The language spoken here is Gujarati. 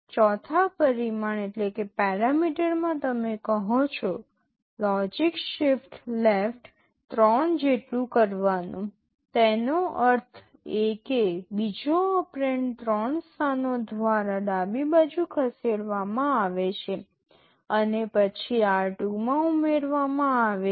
ચોથા પરિમાણ માં તમે કહો છો લોજિકલ શિફ્ટ લેફ્ટ 3 જેટલું કરવાનું તેનો અર્થ એ કે બીજો ઓપરેન્ડ ત્રણ સ્થાનો દ્વારા ડાબી બાજુ ખસેડવામાં આવે છે અને પછી r2 માં ઉમેરવામાં આવે છે